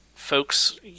folks